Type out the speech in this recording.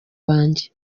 wanjye